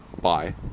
bye